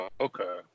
Okay